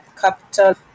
capital